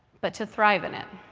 but to thrive in it.